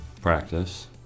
Practice